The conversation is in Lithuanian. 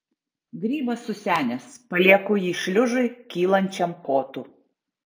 grybas susenęs palieku jį šliužui kylančiam kotu